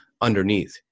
underneath